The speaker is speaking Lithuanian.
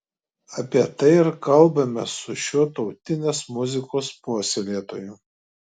apie tai ir kalbamės su šiuo tautinės muzikos puoselėtoju